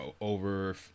over